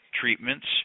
treatments